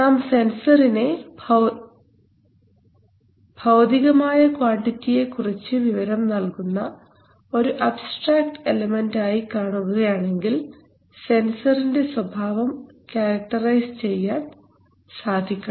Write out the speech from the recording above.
നാം സെൻസറിനെ ഭൌതികമായ ക്വാണ്ടിറ്റിയെകുറിച്ച് വിവരം നൽകുന്ന ഒരു അബ്സ്ട്രാക്റ്റ് എലമെൻറ് ആയി കാണുകയാണെങ്കിൽ സെൻസറിന്റെ സ്വഭാവം ക്യാരക്ടറൈസ് ചെയ്യാൻ സാധിക്കണം